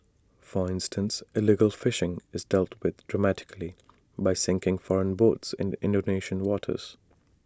for instance illegal fishing is dealt with dramatically by sinking foreign boats in Indonesian waters